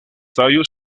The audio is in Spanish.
tallos